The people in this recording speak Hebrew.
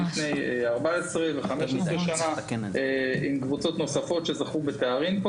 זה קרה לפני 14 ו-15 שנה עם קבוצות נוספות שזכו בתארים.